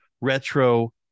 retro